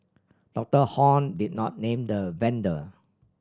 Doctor Hon did not name the vendor